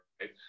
right